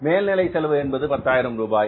மேல்நிலை செலவு என்பது பத்தாயிரம் ரூபாய்